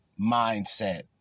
mindset